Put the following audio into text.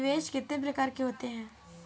निवेश कितने प्रकार के होते हैं?